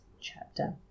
chapter